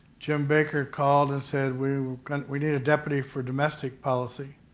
jim baker called and said, we kind of we need a deputy for domestic policy,